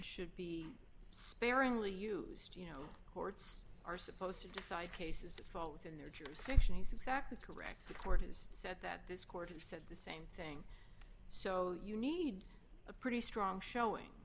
should be sparingly used you know courts are supposed to decide cases to fall within their jurisdiction is exactly correct the court has said that this court has said the same thing so you need a pretty strong showing